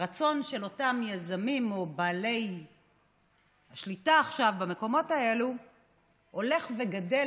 והרצון של אותם יזמים או בעלי שליטה עכשיו במקומות האלה הולך וגדל,